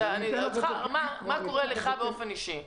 מה קורה לך באופן אישי?